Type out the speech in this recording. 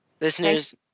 Listeners